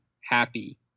happy